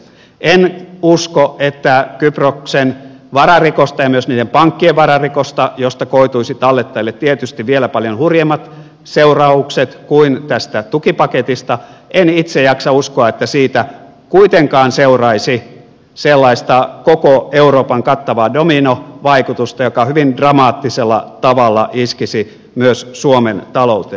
en itse jaksa uskoa että kyproksen vararikosta ja myös sen pankkien vararikosta mistä koituisi tallettajille tietysti vielä paljon hurjemmat seuraukset kuin tästä tukipaketista eli itse jaksa uskoa että siitä kuitenkaan seuraisi sellaista koko euroopan kattavaa dominovaikutusta joka hyvin dramaattisella tavalla iskisi myös suomen talouteen